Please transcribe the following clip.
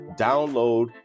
download